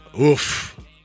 Oof